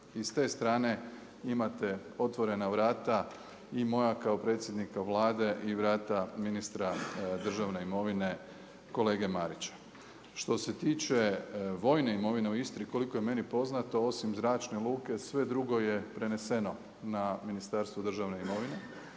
I s te strane imate otvorena vrata i moja kao predsjednika Vlade i vrata ministra državne imovine kolege Marića. Što se tiče vojne imovine u Istri koliko je meni poznato osim zračne luke sve drugo je preneseno na Ministarstvo državne imovine,